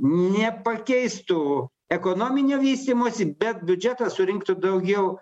nepakeistų ekonominio vystymosi bet biudžetas surinktų daugiau